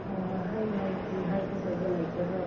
ꯑꯣ ꯍꯣꯏ ꯍꯥꯏꯌꯨ ꯍꯥꯏꯌꯨ ꯀꯔꯤ ꯍꯥꯏꯒꯗꯧꯕ ꯂꯩꯔꯕꯔꯣ